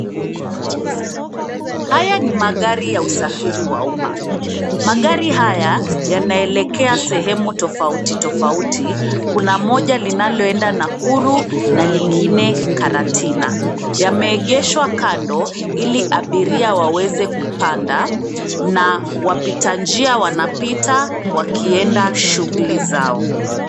Haya ni magari ya usafiri wa umma. Magari haya yanaelekea sehemu tofauti tofauti, kuna moja linaloenda Nakuru na lingine Karatina. Yameegeshwa kando ili abiria waweze kupanda. Na wapita njia wanapita wakienda shughuli zao.